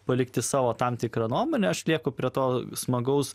palikti savo tam tikrą nuomonę aš lieku prie to smagaus